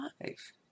life